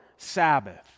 Sabbath